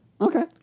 Okay